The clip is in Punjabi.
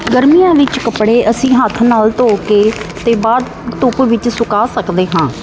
ਗਰਮੀਆਂ ਵਿੱਚ ਕੱਪੜੇ ਅਸੀਂ ਹੱਥ ਨਾਲ ਧੋ ਕੇ ਅਤੇ ਬਾਹਰ ਧੁੱਪ ਵਿੱਚ ਸੁਕਾ ਸਕਦੇ ਹਾਂ